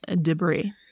debris